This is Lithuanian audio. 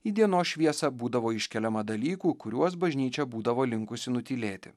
į dienos šviesą būdavo iškeliama dalykų kuriuos bažnyčia būdavo linkusi nutylėti